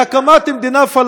לשיבה.